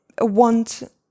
want